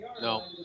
No